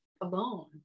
alone